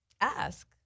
ask